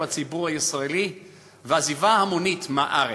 הציבור הישראלי ולעזיבה המונית של הארץ.